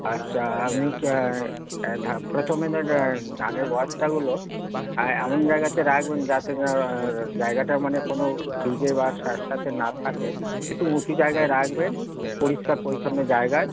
আচ্ছা আপনি কি ধা প্রথমে তো ধানের বস্তাগুলো এমন জায়গাতে রাখবেন যাতে না জায়গাটা মানে কোনো ভিজে বা স্যাঁতস্যাঁতে না থাকে একটু উঁচু জায়গায় রাখবেন পরিষ্কার পরিচ্ছন্ন জায়গায়